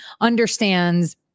understands